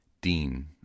Dean